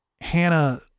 Hannah